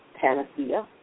panacea